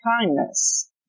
kindness